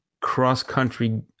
cross-country